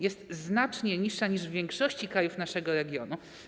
Jest znacznie mniejsza niż w większości krajów naszego regionu.